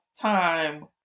time